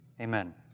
Amen